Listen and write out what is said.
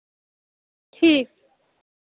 ठीक